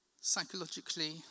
psychologically